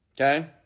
Okay